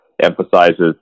Emphasizes